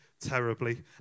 terribly